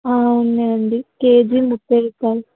ఉన్నాయండి కేజీ ముప్పై రూపాయలు